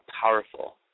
powerful